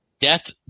Death